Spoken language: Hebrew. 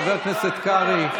חבר הכנסת קרעי.